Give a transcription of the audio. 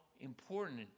important